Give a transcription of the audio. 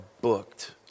booked